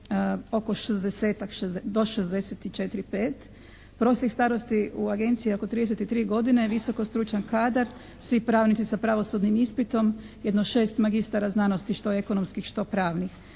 oko 60-tak, do 64, 5. Prosjek starosti u Agenciji je oko 33 godine visoko stručan kadar, svi pravnici sa pravosudnim ispitom, jedno 6 magistara znanosti što ekonomskih što pravnih.